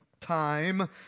time